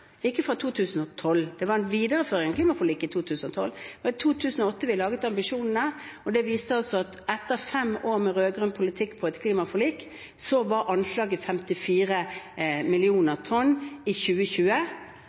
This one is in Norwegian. ikke fra 2012 – i 2012 var det en videreføring av klimaforliket. Det var i 2008 vi laget ambisjonene, og etter fem år med rød-grønn politikk på klimaforliket var anslaget 54 mill. tonn i 2020.